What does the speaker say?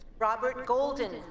robert golden,